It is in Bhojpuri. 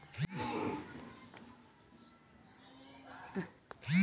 नेटबैंकिंग से लोन क स्टेटस जानल जा सकला